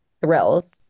thrills